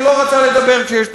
שלא רצה לדבר כשיש הדגל.